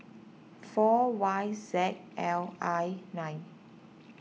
four Y Z L I nine